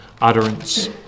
utterance